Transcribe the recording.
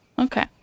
Okay